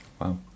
Wow